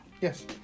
Yes